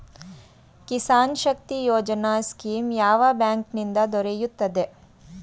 Kisan Shakti Yojana scheme ಯಾವ bank ನಿಂದ ದೊರೆಯುತ್ತದೆ?